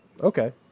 Okay